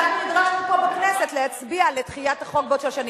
ואנחנו נדרשנו פה בכנסת להצביע על דחיית החוק בעוד שש שנים.